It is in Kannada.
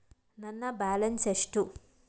ನನ್ನ ಬ್ಯಾಲೆನ್ಸ್ ಎಷ್ಟು?